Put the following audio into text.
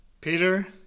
Peter